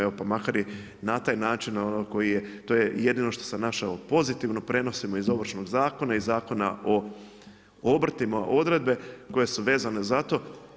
Evo, pa makar i na taj način, ono koji je, to je jedino što sam našao iz pozitivnim prinosima iz Ovršnog zakona i Zakona o obrtima odredbe, koje su vezane za to.